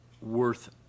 worth